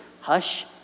hush